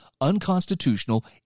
unconstitutional